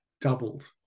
doubled